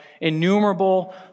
innumerable